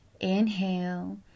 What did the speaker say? Inhale